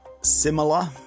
Similar